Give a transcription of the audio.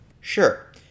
Sure